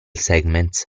segments